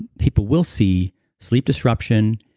people will see sleep disruption,